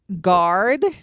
guard